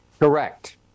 Correct